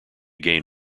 gain